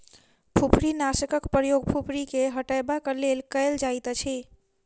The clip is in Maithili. फुफरीनाशकक प्रयोग फुफरी के हटयबाक लेल कयल जाइतअछि